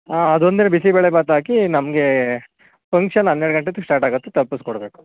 ಹಾಂ ಅದೊಂದೇ ಬಿಸಿಬೇಳೆ ಭಾತ್ ಹಾಕಿ ನಮಗೆ ಫಂಕ್ಷನ್ ಹನ್ನೆರಡು ಗಂಟೆತ್ತಗೆ ಸ್ಟಾರ್ಟ್ ಆಗತ್ತೆ ತಪ್ಪಿಸ್ಕೊಡ್ಬೇಕು